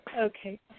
Okay